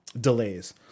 delays